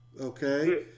okay